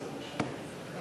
אדוני היושב-ראש,